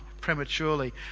prematurely